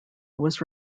was